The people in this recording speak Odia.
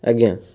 ଆଜ୍ଞା